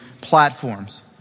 platforms